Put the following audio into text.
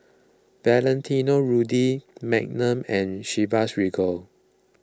Valentino Rudy Magnum and Chivas Regal